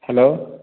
hello